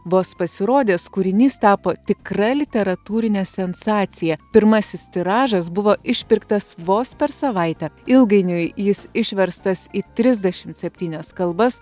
vos pasirodęs kūrinys tapo tikra literatūrine sensacija pirmasis tiražas buvo išpirktas vos per savaitę ilgainiui jis išverstas į trisdešimt septynias kalbas